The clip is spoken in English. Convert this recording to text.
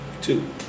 two